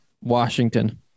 Washington